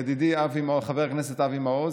ידידי חבר הכנסת אבי מעוז,